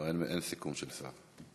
אין סיכום של שר.